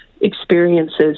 experiences